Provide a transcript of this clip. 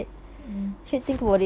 mm mm